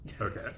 Okay